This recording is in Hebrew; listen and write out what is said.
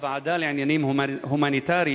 הוועדה לעניינים הומניטריים,